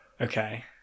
Okay